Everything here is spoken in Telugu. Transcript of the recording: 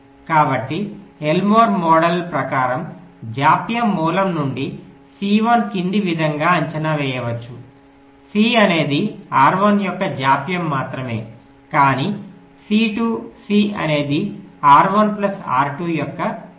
కాబట్టి ఎల్మోర్ మోడల్ ప్రకారం జాప్యం మూలం నుండి C1 కింది విధంగా అంచనా వేయవచ్చు C అనేది R1 యొక్క జాప్యం మాత్రమే కానీ C2 C అనేది R1 ప్లస్ R2 యొక్క జాప్యం